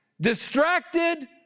distracted